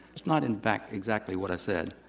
that's not in fact exactly what i said.